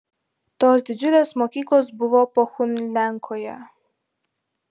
tos didžiulės mokyklos buvo pohuliankoje